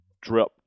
drip